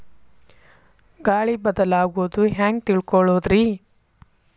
ಗಾಳಿ ಬದಲಾಗೊದು ಹ್ಯಾಂಗ್ ತಿಳ್ಕೋಳೊದ್ರೇ?